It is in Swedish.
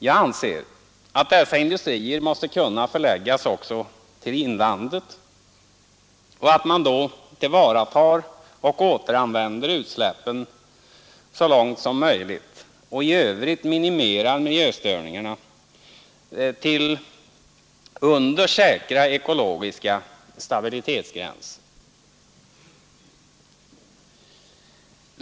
Jag anser att dessa industrier måste kunna förläggas också till inlandet och att man då måste tillvarata och återanvända utsläppen så långt som möjligt och i övrigt minimera miljöstörningarna till under säkra ekologiska stabilitetsgränser.